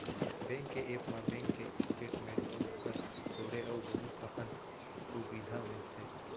bank के app म bank के स्टेट मेंट अउ ओकर छोंड़े अउ बहुत अकन सुबिधा मिलथे